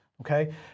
Okay